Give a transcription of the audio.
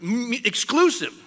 exclusive